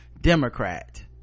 Democrat